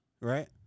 right